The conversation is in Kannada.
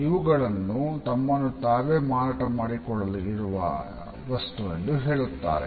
ಇವುಗಳನ್ನು ತಮ್ಮನ್ನು ತಾವೇ ಮಾರಾಟಮಾಡಿಕೊಳ್ಳಲು ಇರುವ ವಸ್ತುಗಳು ಎಂದು ಹೇಳುತ್ತಾರೆ